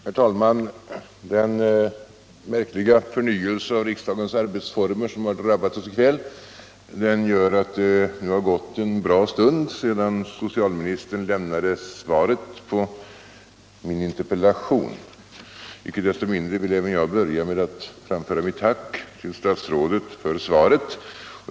Herr talman! Den märkliga förnyelse av riksdagens arbetsformer som har drabbat oss i kväll gör att det nu har gått en bra stund sedan socialministern lämnade svaret på min interpellation. Inte desto mindre vill även jag börja med att framföra mitt tack till statsrådet för svaret.